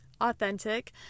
authentic